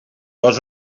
dos